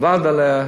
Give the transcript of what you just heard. עבד עליה,